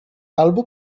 albo